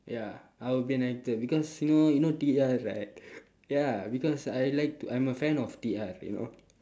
ya I would be an actor because you know you know T R right ya because I like I'm a fan of T R you know